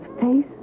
face